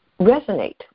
resonate